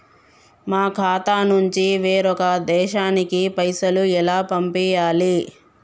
మా ఖాతా నుంచి వేరొక దేశానికి పైసలు ఎలా పంపియ్యాలి?